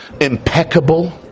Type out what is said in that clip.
impeccable